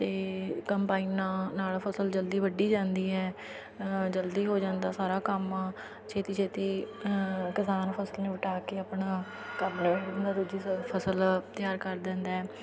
ਅਤੇ ਕੰਬਾਈਨਾਂ ਨਾਲ ਫਸਲ ਜਲਦੀ ਵੱਢੀ ਜਾਂਦੀ ਹੈ ਜਲਦੀ ਹੋ ਜਾਂਦਾ ਸਾਰਾ ਕੰਮ ਛੇਤੀ ਛੇਤੀ ਕਿਸਾਨ ਫਸਲ ਵਟਾ ਕੇ ਆਪਣਾ ਕੰਮ ਫਸਲ ਤਿਆਰ ਕਰ ਦਿੰਦਾ ਹੈ